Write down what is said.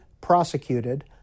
Prosecuted